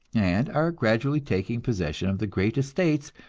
and are gradually taking possession of the great estates,